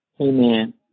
Amen